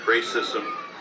racism